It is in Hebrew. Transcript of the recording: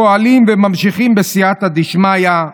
פועלים וממשיכים, בסייעתא דשמיא,